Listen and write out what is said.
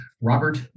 Robert